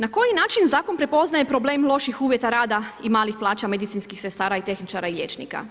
Na koji način zakon prepoznaje problem loših uvjeta rada i malih plaća medicinskih sestara i tehničara i liječnika?